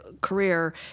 career